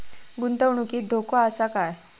गुंतवणुकीत धोको आसा काय?